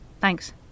Thanks